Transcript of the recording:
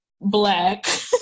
black